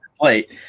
late